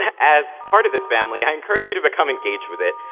as part of this family, i encourage you to become engaged with it.